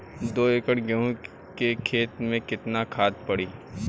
दो एकड़ गेहूँ के खेत मे केतना खाद पड़ी?